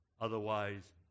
Otherwise